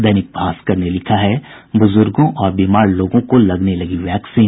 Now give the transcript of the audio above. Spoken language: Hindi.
दैनिक भास्कर ने लिखा है बुजुर्गों और बीमार लोगों को लगने लगी वैक्सीन